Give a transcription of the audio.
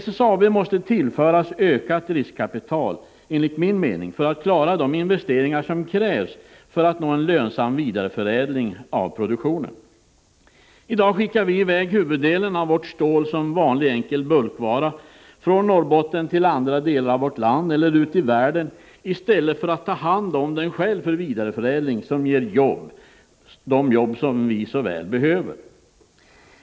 SSAB måste enligt min mening tillföras ett ökat riskkapital för att klara de investeringar som krävs för att nå en lönsam vidareförädling och produktion. I dag skickar vi i väg huvuddelen av vårt stål som vanlig enkel bulkvara från Norrbotten till andra delar av vårt land eller ut i världen, i stället för att ta hand om det själva för vidareförädling, vilket ger jobb — de jobb som vi så väl behöver.